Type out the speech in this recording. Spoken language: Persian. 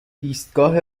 ایستگاه